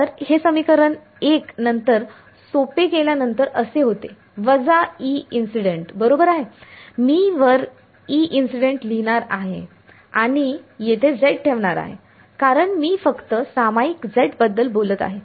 तर हे समीकरण 1 नंतर हे सोपे केल्यानंतर असे होते वजा E इन्सिडेंट बरोबर आहे मी वर E इन्सिडेंट लिहिणार आहे आणि येथे z ठेवणार आहे कारण मी फक्त सामायिक z बद्दल बोलत आहे